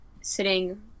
sitting